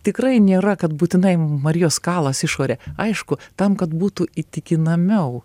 tikrai nėra kad būtinai marijos kalas išorė aišku tam kad būtų įtikinamiau